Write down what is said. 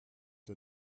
der